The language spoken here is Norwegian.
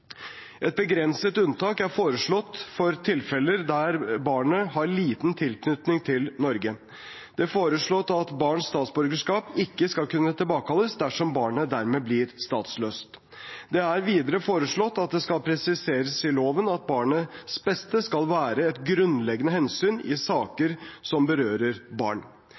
Et begrenset unntak er foreslått for tilfeller der barnet har liten tilknytning til Norge. Det er foreslått at barns statsborgerskap ikke skal kunne tilbakekalles dersom barnet dermed blir statsløst. Det er videre foreslått at det skal presiseres i loven at barnets beste skal være et grunnleggende hensyn i saker som berører barn.